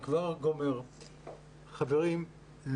חברים,